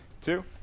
two